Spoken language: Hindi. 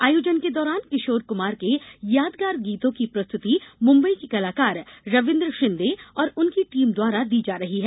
आयोजन के दौरान किशोर कुमार के यादगार गीतों की प्रस्तृति मुम्बई के कलाकार रविन्द्र शिंदे और उनकी टीम द्वारा दी जा रही है